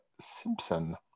Simpson